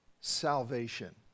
salvation